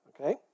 Okay